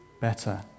better